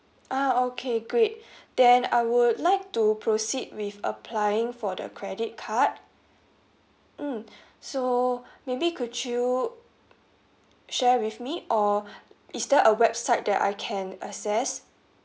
ah okay great then I would like to proceed with applying for the credit card mmhmm so maybe could you share with me or is there a website that I can access